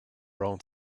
around